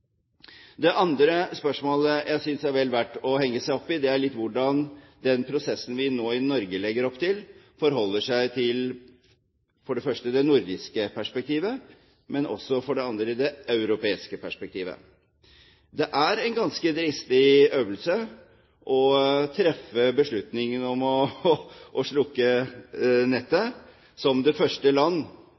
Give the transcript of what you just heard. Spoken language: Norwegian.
Det andre spørsmålet som jeg synes er vel verdt å henge seg opp i, er hvordan den prosessen vi i Norge nå legger opp til, for det første ikke bare forholder seg til det nordiske perspektivet, men for det andre også forholder seg til det europeiske perspektivet. Det er en ganske dristig øvelse som det første land i Europa, kanskje i verden, å